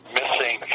missing